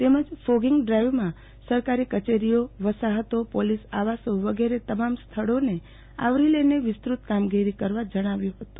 તેમજ ફોગીંગ ડ્રાઈવમાં સરકારી કચેરીઓ વસાહતો પોલીસ આવાસો વગેરે તમામ સ્થળોને આવરી લઈને વિસ્તૃત કામગીરી કરવા જણાવ્યું હતું